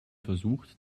versucht